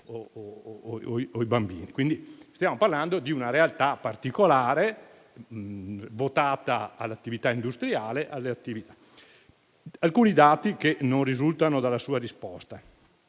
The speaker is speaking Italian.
e i bambini. Quindi, stiamo parlando di una realtà particolare, votata all'attività industriale. Elenco alcuni dati che non risultano dalla sua risposta.